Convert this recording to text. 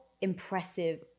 impressive